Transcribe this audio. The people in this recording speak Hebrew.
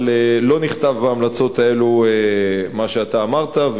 אבל לא נכתב בהמלצות האלה מה שאתה אמרת,